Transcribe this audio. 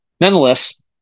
Nonetheless